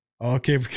Okay